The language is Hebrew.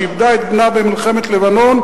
שאיבדה את בנה במלחמת לבנון,